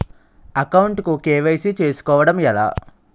Account కు KYC చేసుకోవడం ఎలా?